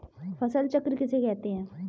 फसल चक्र किसे कहते हैं?